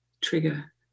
trigger